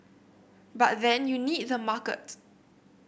but then you need the market